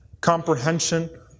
comprehension